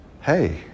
hey